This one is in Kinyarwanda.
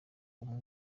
umwe